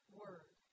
word